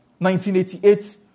1988